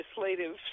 Legislative